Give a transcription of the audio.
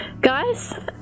guys